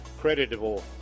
creditable